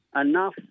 enough